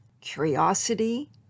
curiosity